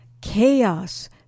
chaos